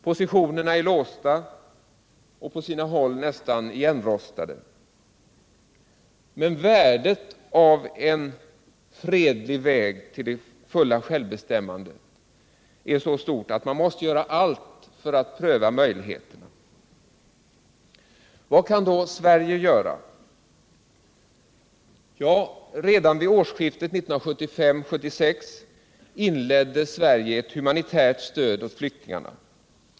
Po sitionerna är låsta och på sina håll nästan igenrostade. Men så stort värde har den fredliga vägen till fullt självbestämmande att man måste pröva allt för att komma fram den vägen. Vad kan då Sverige göra? Ja, redan vid årsskiftet 1975-1976 inledde Sverige ett humanitärt stöd åt flyktingarna.